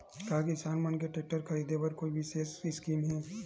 का किसान मन के टेक्टर ख़रीदे बर कोई विशेष स्कीम हे?